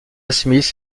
smith